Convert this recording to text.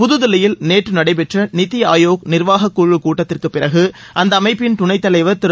புதுதில்லியில் நேற்று நடைபெற்ற நித்தி ஆயோக் நிர்வாகக் குழுக் கூட்டத்திற்குப் பிறகு அந்த அமைப்பின் துணைத் தலைவர் திரு